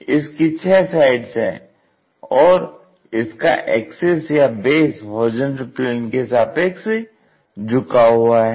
इसकी 6 साइड है और इसका एक्सिस या बेस HP के सापेक्ष झुका हुआ है